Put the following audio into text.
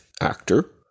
actor